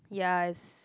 ya is